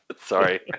sorry